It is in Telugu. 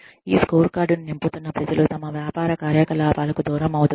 ఈ స్కోర్కార్డ్ను నింపుతున్న ప్రజలు తమ వ్యాపార కార్యకలాపాలకు దూరం అవుతున్నారు